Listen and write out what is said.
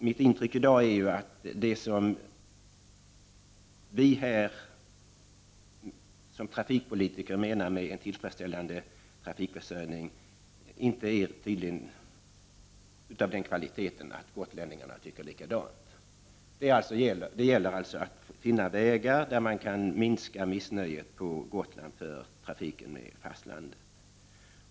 Mitt intryck är att det som vi trafikpolitiker menar med ”tillfredsställande trafikförsörjning” tydligen inte är av sådan kvalitet att gotlänningarna tycker likadant. Det gäller alltså att finna vägar att minska missnöjet på Gotland för trafiken med fastlandet.